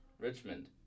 Richmond